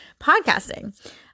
podcasting